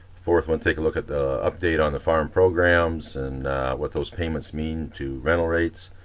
fourth one take a look at the update on the farm programs and what those payments mean to rental rates,